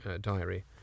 diary